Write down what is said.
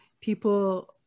people